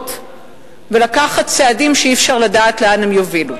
גדולות ולנקוט צעדים שאי-אפשר לדעת לאן הם יובילו.